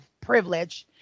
privilege